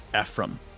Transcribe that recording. Ephraim